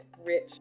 rich